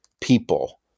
people